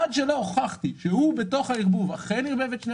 עד שלא הוכחתי שהוא בתוך הערבוב אכן ערבב את שני